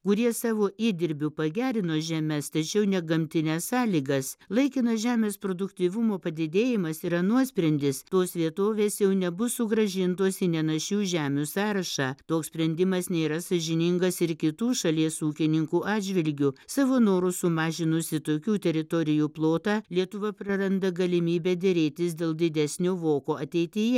kurie savo įdirbiu pagerino žemes tačiau ne gamtines sąlygas laikinas žemės produktyvumo padidėjimas yra nuosprendis tos vietovės jau nebus sugrąžintos į nenašių žemių sąrašą toks sprendimas nėra sąžiningas ir kitų šalies ūkininkų atžvilgiu savo noru sumažinusi tokių teritorijų plotą lietuva praranda galimybę derėtis dėl didesnio voko ateityje